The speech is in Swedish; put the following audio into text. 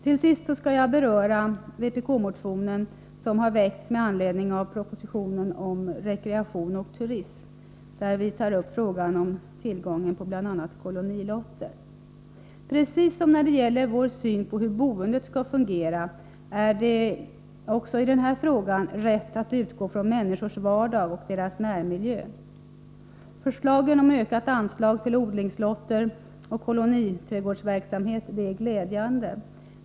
Till sist skall jag beröra den vpk-motion som har väckts med anledning av propositionen om rekreation och turism. I denna motion tar vi upp frågan om tillgången på bl.a. kolonilotter. Precis som när det gäller vår syn på hur boendet skall fungera är det också i denna fråga rätt att utgå från människors vardag och närmiljö. Förslagen om ökat anslag till odlingslotter och koloniträdgårdsverksamhet är glädjande.